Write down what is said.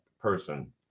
person